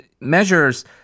measures